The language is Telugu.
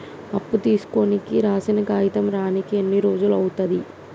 అప్పు తీసుకోనికి రాసిన కాగితం రానీకి ఎన్ని రోజులు అవుతది?